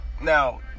Now